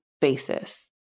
basis